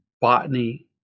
botany